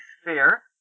sphere